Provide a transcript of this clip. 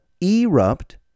erupt